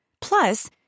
Plus